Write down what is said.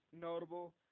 notable